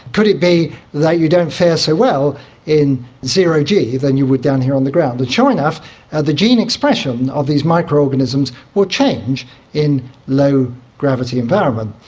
could it be that you don't fare so well in zero g than you would down here on the ground? and sure enough the gene expression of these microorganisms will change in a low gravity environment.